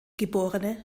geb